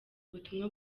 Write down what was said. butumwa